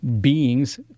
beings